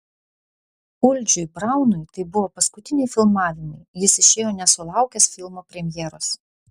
uldžiui braunui tai buvo paskutiniai filmavimai jis išėjo nesulaukęs filmo premjeros